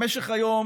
במשך היום